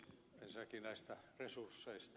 ensinnäkin näistä resursseista